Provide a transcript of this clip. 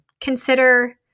consider